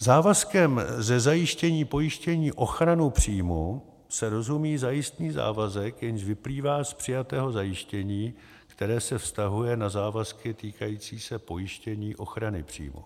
Závazkem ze zajištění pojištění ochranu příjmů se rozumí zajistný závazek, jenž vyplývá z přijatého zajištění, které se vztahuje na závazky týkající se pojištění ochrany příjmů.